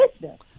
business